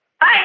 Bye